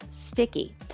sticky